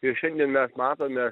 ir šiandien mes matome